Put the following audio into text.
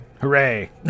Hooray